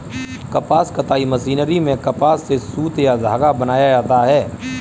कपास कताई मशीनरी में कपास से सुत या धागा बनाया जाता है